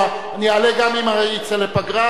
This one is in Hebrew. אני אעלה גם אם נצא לפגרה,